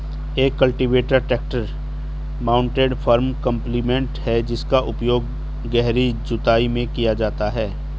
एक cultivator tractor mounted farm implement है जिसका उपयोग गहरी जुताई में किया जाता है